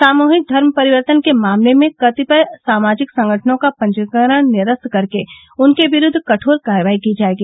सामूहिक धर्म परिवर्तन के मामले में कतिपय सामाजिक संगठनों का पंजीकरण निरस्त करके उनके विरुद्व कठोर कार्यवाही की जायेगी